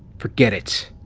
forget it!